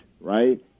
right